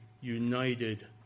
united